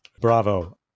Bravo